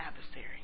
adversary